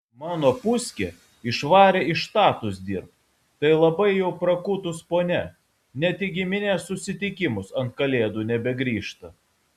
mano puskė išvarė į štatus dirbt tai labai jau prakutus ponia net į giminės susitikimus ant kalėdų nebegrįžta